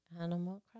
Animal